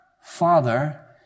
Father